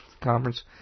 conference